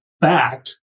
fact